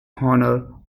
honor